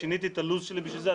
ושיניתי את הלו"ז שלי בשביל זה,